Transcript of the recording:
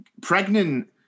pregnant